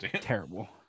terrible